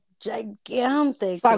gigantic